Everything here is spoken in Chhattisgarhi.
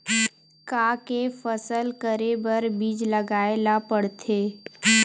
का के फसल करे बर बीज लगाए ला पड़थे?